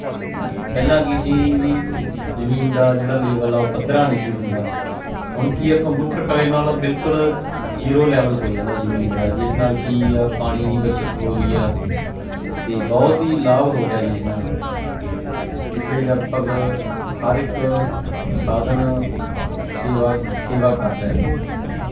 ਪਹਿਲਾਂ ਕੀ ਸੀ ਵੀ ਜ਼ਮੀਨ ਦਾ ਜਿਹੜਾ ਲੇਵਲ ਆ ਉਹ ਪੱਧਰਾ ਨਹੀਂ ਸੀ ਹੁੰਦਾ ਹੁਣ ਕੀ ਆ ਕੰਪਿਊਟਰ ਕਰੇ ਨਾਲ ਬਿਲਕੁਲ ਜ਼ੀਰੋ ਲੈਵਲ ਹੋ ਜਾਂਦਾ ਜ਼ਮੀਨ ਦਾ ਜਿਸ ਨਾਲ ਕੀ ਆ ਪਾਣੀ ਦੀ ਬੱਚਤ ਹੋ ਰਹੀ ਆ ਅਤੇ ਬਹੁਤ ਹੀ ਲਾਭ ਹੋ ਰਿਹਾ ਜਿਸ ਨਾਲ ਇਸ ਲਈ ਲਗਭਗ ਹਰ ਇੱਕ ਸਾਧਨ ਸੇਵਾ ਸੇਵਾ ਕਰ ਰਿਹਾ ਲਗਭਗ